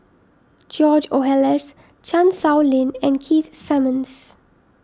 George Oehlers Chan Sow Lin and Keith Simmons